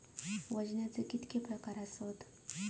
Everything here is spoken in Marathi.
वजनाचे किती प्रकार आसत?